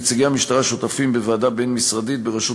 נציגי המשטרה שותפים בוועדה בין-משרדית בראשות